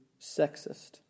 sexist